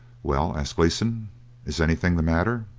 well, asked gleeson, is anything the matter?